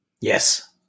Yes